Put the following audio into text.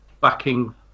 backing